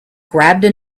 grabbed